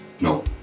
No